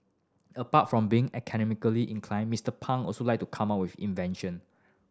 apart from being academically inclined Mister Pang also like to come up with invention